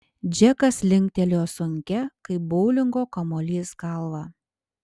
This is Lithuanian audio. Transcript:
džekas linktelėjo sunkia kaip boulingo kamuolys galva